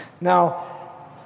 Now